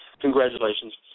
Congratulations